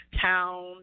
town